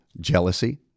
jealousy